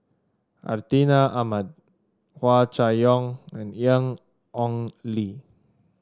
Hartinah Ahmad Hua Chai Yong and Ian Ong Li